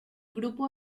grupo